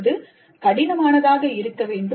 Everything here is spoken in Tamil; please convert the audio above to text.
அது சிக்கலானதாக இருக்க வேண்டும்